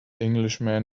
englishman